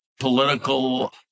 Political